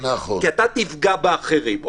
כי תפגע באחרים.